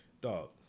Dog